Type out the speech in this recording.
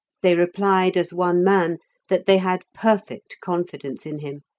they replied as one man that they had perfect confidence in him,